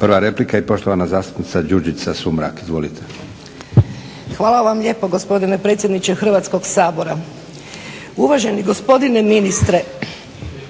Prva replika i poštovana zastupnica Đurđica Sumrak. Izvolite. **Sumrak, Đurđica (HDZ)** Hvala vam lijepo gospodine predsjedniče Hrvatskog sabora. Uvaženi gospodine ministre,